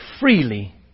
freely